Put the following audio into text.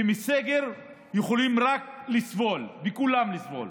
כי מסגר יכולים רק לסבול, וכולם יסבלו.